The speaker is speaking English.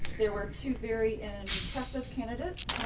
there were two very and and impressive candidates,